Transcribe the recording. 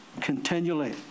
continually